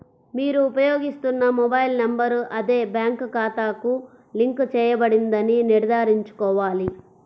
మీరు ఉపయోగిస్తున్న mobile number అదే బ్యాంక్ ఖాతాకు లింక్ చేయబడిందని నిర్ధారించుకోవాలి